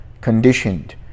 conditioned